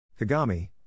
Kagami